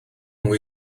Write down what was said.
nhw